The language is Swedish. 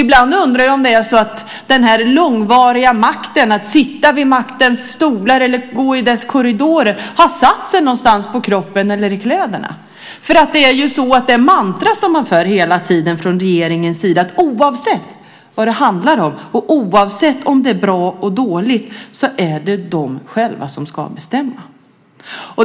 Ibland undrar jag om den långvariga makten, att sitta på maktens stolar eller gå i dess korridorer, har satt sig någonstans på kroppen eller i kläderna, för regeringens mantra är hela tiden att oavsett vad det handlar om och oavsett om det är bra eller dåligt så är det de själva som ska bestämma.